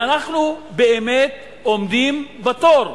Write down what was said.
ואנחנו באמת עומדים בתור.